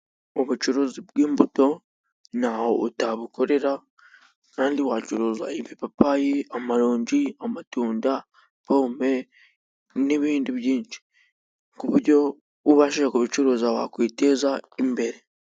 Ubucuruzi bw'imbuto，ntaho utabukorera，kandi wacuruza ipapayi， amarongi， amatunda， pome n'ibindi byinshi，ku buryo ubashije kubicuruza，wakwiteza imbere.